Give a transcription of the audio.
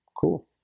cool